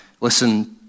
listen